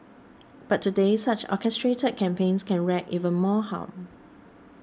but today such orchestrated campaigns can wreak even more harm